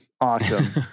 Awesome